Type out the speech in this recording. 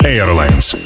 Airlines